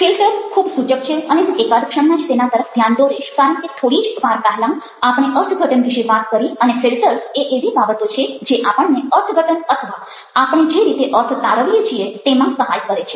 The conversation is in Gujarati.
ફિલ્ટર ખૂબ સૂચક છે અને હું એકાદ ક્ષણમાં જ તેના તરફ ધ્યાન દોરીશ કારણ કે થોડી જ વાર પહેલાં આપણે અર્થઘટન વિશે વાત કરી અને ફિલ્ટર્સ એ એવી બાબતો છે જે આપણને અર્થઘટન અથવા આપણે જે રીતે અર્થ તારવીએ છીએ તેમાં સહાય કરે છે